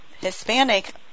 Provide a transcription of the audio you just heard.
Hispanic